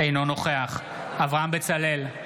אינו נוכח אברהם בצלאל,